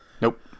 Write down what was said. nope